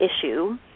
issue